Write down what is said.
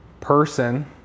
person